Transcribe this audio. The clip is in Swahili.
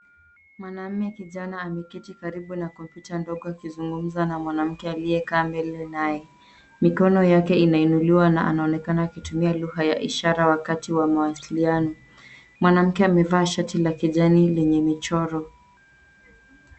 Mwanamke kijana ameketi karibu na kompyuta ndogo akizungumza na mwanamke aliyekaa mbele naye. Mikono yake inainuliwa na anaonekana akitumia lugha ya ishara wakati wa mawasiliano. Mwanamke amevaa shati la kijani lenye michoro.